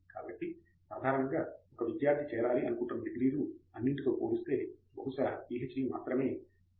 ఫణి కుమార్ కాబట్టి సాధారణముగా ఒక విద్యార్ధి చేరాలి అనుకుంటున్న డిగ్రీలు అన్నింటితో పోలిస్తే బహుశా పీహెచ్డీ మాత్రమే ఒకే ఒక్క అంశంపై ఎక్కువ కాలం ఉంటుంది